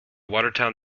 watertown